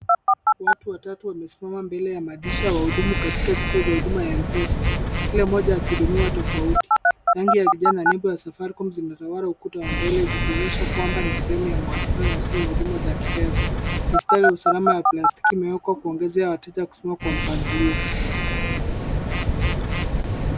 Watu watatu wamesimama mbele ya madirisha ya wahudumu katika kituo cha huduma ya Mpesa, kila mmoja akihudumiwa tofauti, rangi ya kijani na nembo ya Safaricom zinatawala ukuta wa mbele zikionyesha kwamba ni sehemu ya mawasiliano ya simu na huduma za kifedha. Mistari ya usalama ya plastiki imewekwa kuongezea wateja kusimama kwa mpangilio.